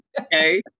Okay